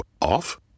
off